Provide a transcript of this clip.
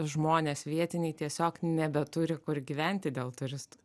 žmonės vietiniai tiesiog nebeturi kur gyventi dėl turistų